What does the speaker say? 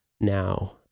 now